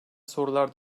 sorular